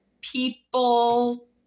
people